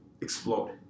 explode